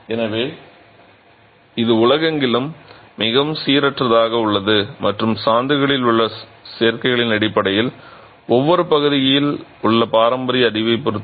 எனவே இது உலகெங்கிலும் மிகவும் சீரற்றதாக உள்ளது மற்றும் சாந்துகளில் உள்ள சேர்க்கைகளின் அடிப்படையில் ஒவ்வொரு பகுதியில் உள்ள பாரம்பரிய அறிவைப் பொறுத்தது